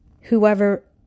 whoever